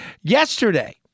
Yesterday